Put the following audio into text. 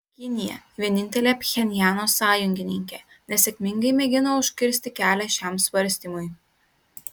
kinija vienintelė pchenjano sąjungininkė nesėkmingai mėgino užkirsti kelią šiam svarstymui